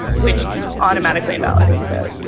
which automatically invalidates that